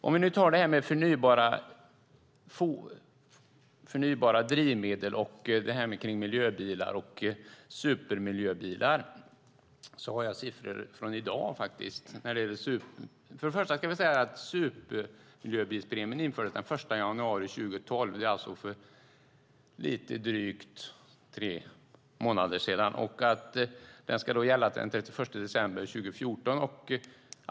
Om vi tar detta med förnybara drivmedel, miljöbilar och supermiljöbilar har jag siffror från i dag. Först kan jag säga att supermiljöbilspremien infördes den 1 januari 2012, alltså för drygt tre månader sedan, och den ska gälla till den 31 december 2014.